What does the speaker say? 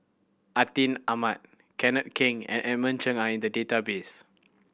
Atin Amat Kenneth Keng and Edmund Cheng are in the database